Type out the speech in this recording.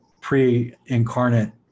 pre-incarnate